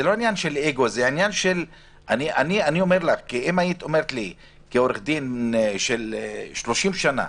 אם היית אומרת לי, כעורך דין של 30 שנה,